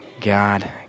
God